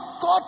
God